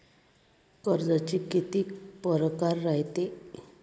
कर्जाचे कितीक परकार रायते?